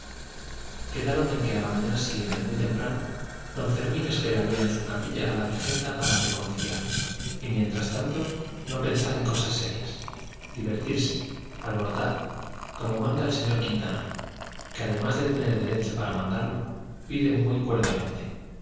quedaron en que a la mañana siguiente muy temprano don fermín esperaría en su capilla a la regenta para reconciliar y mientras tanto no pensar en cosas serias divertirse alborotar como manda el señor quintanar que además de tener derecho para mandarlo pide muy